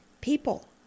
people